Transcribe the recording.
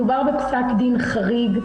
מדובר בפסק דין חריג.